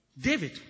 David